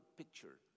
picture